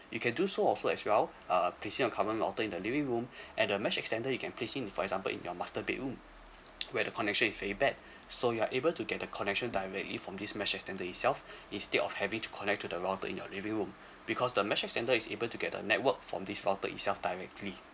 you can do so offer as well uh placing your current router in the living room and the mesh extender you can placing in for example in your master bedroom where the connection is very bad so you're able to get the connection directly from this mesh extender itself instead of having to connect to the router in your living room because the mesh extender is able to get the network from this router itself directly